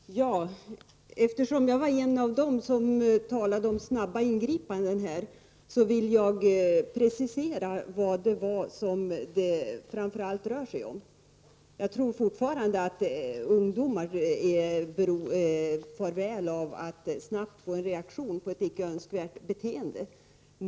Herr talman! Eftersom jag var en av dem som talade om snabba ingripanden vill jag precisera vad det framför allt rör sig om. Jag tror fortfarande att ungdomar far väl av att de snabbt får reaktion på ett icke önskvärt beteende.